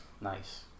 Nice